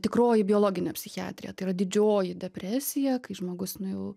tikroji biologinė psichiatrija tai yra didžioji depresija kai žmogus nu jau